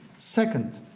second,